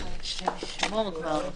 ננעלה בשעה 15:05.